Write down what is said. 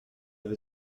veut